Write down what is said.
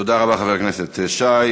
תודה רבה, חבר הכנסת שי.